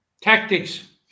Tactics